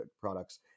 products